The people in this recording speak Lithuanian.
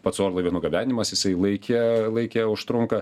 pats orlaivio nugabenimas jisai laike laike užtrunka